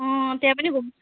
त्यहाँ पनि घुम्नु